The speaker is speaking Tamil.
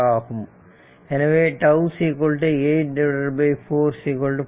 ஆகவே τ 8 4 0